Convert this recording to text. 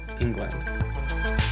England